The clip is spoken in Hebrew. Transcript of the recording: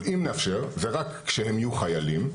אבל אם נאפשר זה רק כשהם יהיו שוטרים,